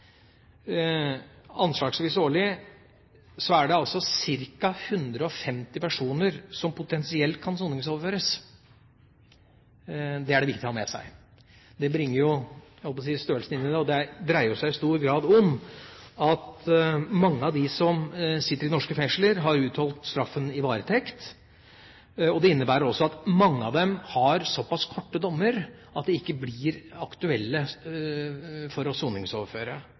anslagsvis årlig ca. 150 personer som potensielt kan soningsoverføres – det er det viktig å ha med seg, det bringer størrelsen inn i dette – vil mange av dem som sitter i norske fengsler, ha utholdt straffen i varetekt. Det innebærer at mange av dem har såpass korte dommer at de ikke er aktuelle å soningsoverføre,